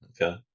okay